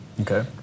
Okay